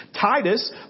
Titus